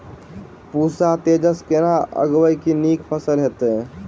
पूसा तेजस केना उगैबे की नीक फसल हेतइ?